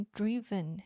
driven